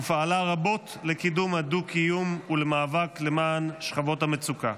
ופעלה רבות לקידום הדו-קיום ולמאבק למען שכבות המצוקה.